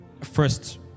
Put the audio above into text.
first